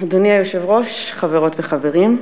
אדוני היושב-ראש, חברות וחברים,